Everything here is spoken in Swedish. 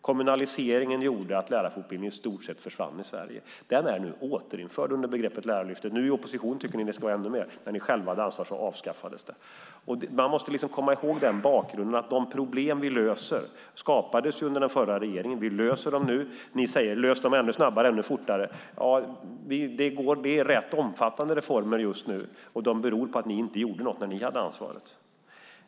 Kommunaliseringen gjorde att lärarfortbildningen i stort sett försvann i Sverige. Den är nu återinförd under begreppet Lärarlyftet. Nu i opposition tycker ni att det ska vara ännu mer. När ni själva hade ansvar avskaffades det. Man måste komma ihåg den bakgrunden, att de problem vi löser skapades under den förra regeringen. Vi löser dem nu. Ni säger: Lös dem ännu snabbare, ännu fortare! Det är rätt omfattande reformer just nu, och de beror på att ni inte gjorde något när ni hade ansvaret.